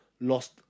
lost